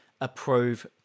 approve